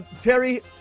Terry